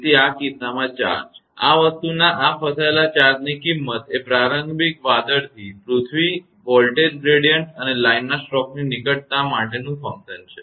તેથી આ કિસ્સામાં ચાર્જ આ વસ્તુના આ ફસાયેલા ચાર્જની કિંમત એ પ્રારંભિક વાદળથી પૃથ્વી વોલ્ટેજ ગ્રેડીયંટ અને લાઇનના સ્ટ્રોકની નિકટતા માટેનું ફંકશન છે